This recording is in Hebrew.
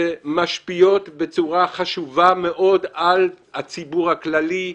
שמשפיעות בצורה חשובה מאוד על הציבור הכללי,